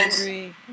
agree